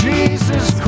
Jesus